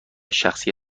شخصی